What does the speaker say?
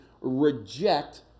reject